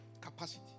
capacity